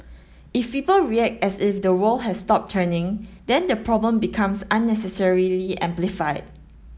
if people react as if the world has stopped turning then the problem becomes unnecessarily amplified